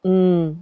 mm